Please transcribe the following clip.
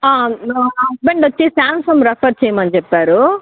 నా హస్బెండు వచ్చి Samsung refer చేయమని చెప్పారు